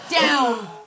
down